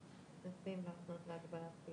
אני היועץ המשפטי של רשות שדות התעופה.